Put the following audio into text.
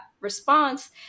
response